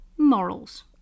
morals